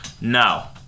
Now